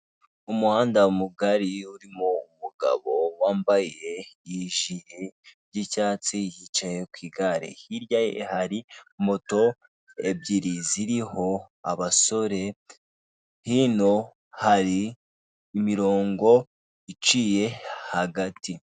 Umuhanda mugari urimo umugabo wambaye ijire y'icyatsi, yicaye ku igare. Hirya ye hari moto ebyiri ziriho abasore, hino hari imirongo iciye hagati.